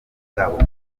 bwabo